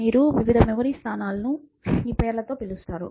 మీరు వివిధ మెమరీ స్థానాలను ఈ పేర్లతో పిలుస్తారు